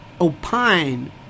opine